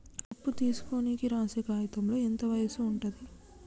అప్పు తీసుకోనికి రాసే కాయితంలో ఎంత వయసు ఉంటది?